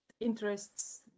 interests